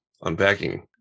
unpacking